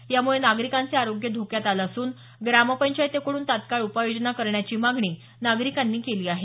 यामुळे नागरिकांचे आरोग्य धोक्यात आलं असून ग्रामपंचायतीकडून तत्काळ उपाययोजना करण्याची मागणी नागरीकांनी केली आहे आहे